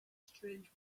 strange